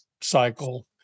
cycle